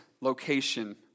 location